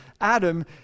Adam